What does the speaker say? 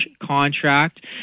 contract